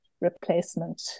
replacement